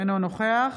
אינו נוכח